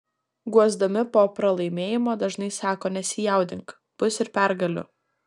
guosdami po pralaimėjimo dažnai sako nesijaudink bus ir pergalių